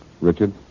Richard